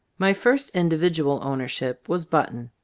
my first individual ownership was button.